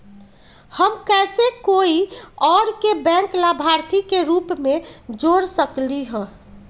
हम कैसे कोई और के बैंक लाभार्थी के रूप में जोर सकली ह?